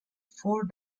four